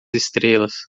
estrelas